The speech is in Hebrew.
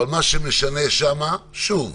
אבל מה שמשנה שם, שוב